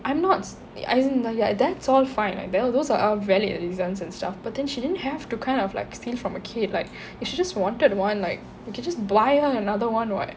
I'm not as in ya that's all fine like those are our valid reasons and stuff but then she didn't have to kind of like steal from a kid like if she just wanted one like you can just buy another one what